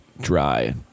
dry